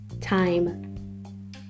time